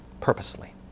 purposely